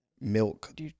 milk